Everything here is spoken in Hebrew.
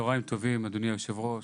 צהריים טובים, אדוני היושב-ראש.